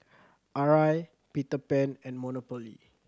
Arai Peter Pan and Monopoly